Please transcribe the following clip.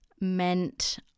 meant